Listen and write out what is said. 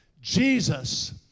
jesus